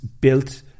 built